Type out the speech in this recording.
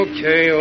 Okay